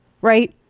right